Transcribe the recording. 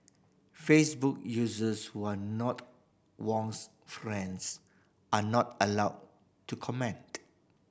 facebook users who are not Wong's friends are not allowed to comment